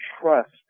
trust